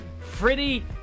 Freddy